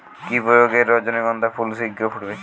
কি প্রয়োগে রজনীগন্ধা ফুল শিঘ্র ফুটবে?